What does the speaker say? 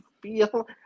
feel